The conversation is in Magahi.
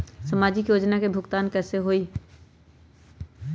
समाजिक योजना के भुगतान कैसे होई?